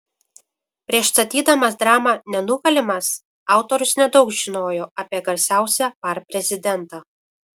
prieš statydamas dramą nenugalimas autorius nedaug žinojo apie garsiausią par prezidentą